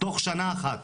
תוך שנה אחת.